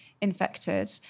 infected